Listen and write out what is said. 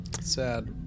Sad